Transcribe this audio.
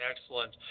Excellent